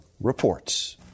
reports